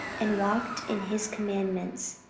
and walked in his commandments,